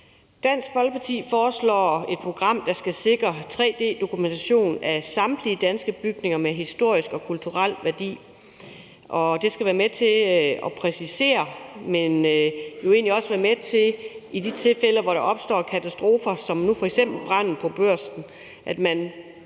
Dansk Folkeparti foreslår et program, der skal sikre 3D-dokumentation af samtlige danske bygninger med historisk og kulturel værdi. Det skal være med til, at man i de tilfælde, hvor der opstår katastrofer, som nu f.eks. branden på Børsen,